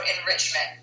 enrichment